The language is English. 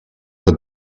put